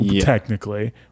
technically